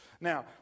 Now